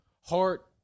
heart